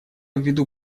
ввиду